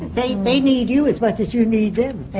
they need need you'as much as you need them.